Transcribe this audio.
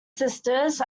sisters